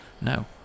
No